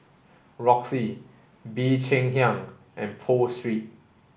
Roxy Bee Cheng Hiang and Pho Street